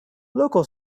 local